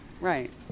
Right